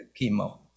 chemo